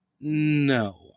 No